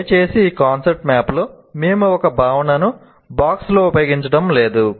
దయచేసి ఈ కాన్సెప్ట్ మ్యాప్లో మేము ఒక భావనను బాక్స్ లో ఉపయోగించడం లేదు